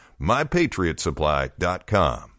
MyPatriotsupply.com